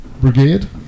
Brigade